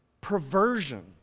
perversion